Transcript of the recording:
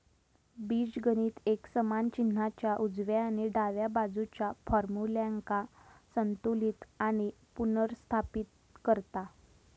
बीजगणित एक समान चिन्हाच्या उजव्या आणि डाव्या बाजुच्या फार्म्युल्यांका संतुलित आणि पुनर्स्थापित करता